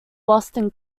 boston